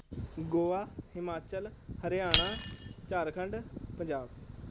Goa Himachal Haryana Jharkhand Punjab